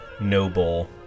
noble